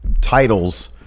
titles